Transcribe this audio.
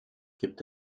gibt